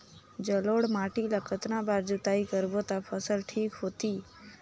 जलोढ़ माटी ला कतना बार जुताई करबो ता फसल ठीक होती?